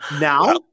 Now